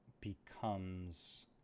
becomes